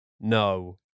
No